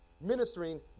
ministering